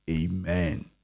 Amen